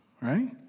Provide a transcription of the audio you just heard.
right